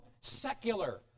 secular